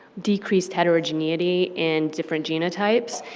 decreased heterogeneity in different genotypes.